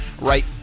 right